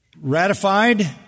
Ratified